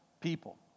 People